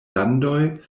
landoj